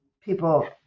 people